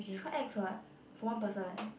it's quite ex what for one person eh